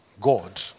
God